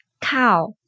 cow